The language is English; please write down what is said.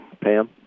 Pam